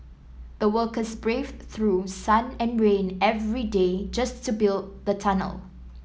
the workers braved through sun and rain every day just to build the tunnel